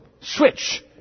switch